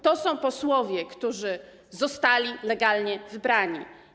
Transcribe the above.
To są posłowie, którzy zostali legalnie wybrani.